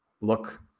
look